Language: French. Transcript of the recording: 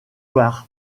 par